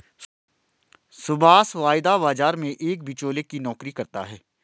सुभाष वायदा बाजार में एक बीचोलिया की नौकरी करता है